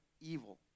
evil